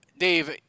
Dave